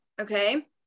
okay